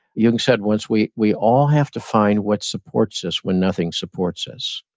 yung said once, we we all have to find what supports us when nothing supports us.